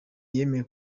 yemeye